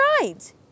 right